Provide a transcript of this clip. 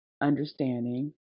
understanding